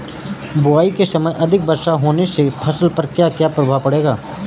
बुआई के समय अधिक वर्षा होने से फसल पर क्या क्या प्रभाव पड़ेगा?